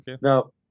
No